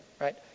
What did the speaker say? Right